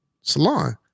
salon